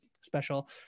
special